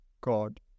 God